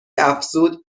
افزود